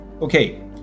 okay